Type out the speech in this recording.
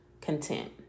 content